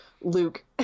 Luke